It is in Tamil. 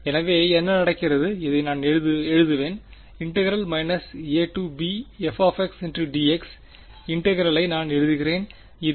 எனவே என்ன நடக்கிறது இதை நான் எழுதுவேன் abfdx இன்டெகிரெலய் நான் எழுதுகிறேன் இதை